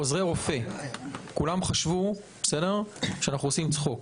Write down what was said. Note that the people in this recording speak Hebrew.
עוזרי רופא כולם חשבו שאנחנו עושים צחוק.